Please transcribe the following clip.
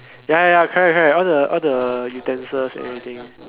ya ya ya correct correct all the all the utensils and everything